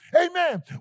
Amen